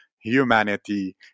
humanity